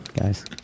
guys